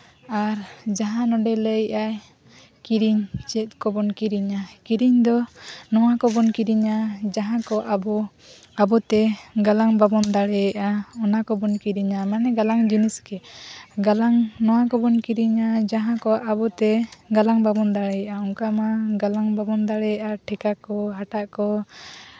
ᱟᱨ ᱡᱟᱦᱟᱸ ᱱᱚᱸᱰᱮ ᱞᱟᱹᱭᱮᱫᱟᱭ ᱠᱤᱨᱤᱧ ᱪᱮᱫ ᱠᱚᱵᱚᱱ ᱠᱤᱨᱤᱧᱟ ᱠᱤᱨᱤᱧ ᱫᱚ ᱱᱚᱣᱟ ᱠᱚᱵᱚᱱ ᱠᱤᱨᱤᱧᱟ ᱡᱟᱦᱟᱸ ᱠᱚ ᱟᱵᱚ ᱟᱵᱚᱛᱮ ᱜᱟᱞᱟᱝ ᱵᱟᱵᱚᱱ ᱫᱟᱲᱮᱭᱟᱜᱼᱟ ᱚᱱᱟ ᱠᱚᱵᱚᱱ ᱠᱤᱨᱤᱧᱟ ᱢᱟᱱᱮ ᱜᱟᱞᱟᱝ ᱡᱤᱱᱤᱥ ᱜᱮ ᱜᱟᱞᱟᱝ ᱱᱚᱣᱟ ᱠᱚᱵᱚᱱ ᱠᱤᱨᱤᱧᱟ ᱡᱟᱦᱟᱸ ᱠᱚ ᱟᱵᱚᱛᱮ ᱜᱟᱞᱟᱝ ᱵᱟᱵᱚᱱ ᱫᱟᱲᱮᱭᱟᱜᱼᱟ ᱚᱱᱠᱟ ᱜᱟᱞᱟᱝ ᱵᱟᱵᱚᱱ ᱫᱟᱲᱮᱭᱟᱜᱼᱟ ᱴᱷᱮᱠᱟ ᱠᱚ ᱦᱟᱴᱟᱜ ᱠᱚ